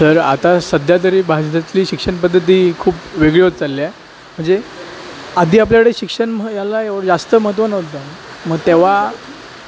sir आता सध्या तरी भारतातली शिक्षणपद्धती खूप वेगळी होत चालल्या म्हणजे आधी आपल्याकडे शिक्षण म्ह याला एव जास्त महत्व नव्हतं मग तेव्हा